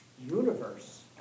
universe